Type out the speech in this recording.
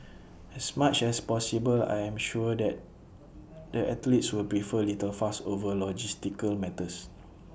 as much as possible I am sure that the athletes will prefer little fuss over logistical matters